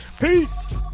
Peace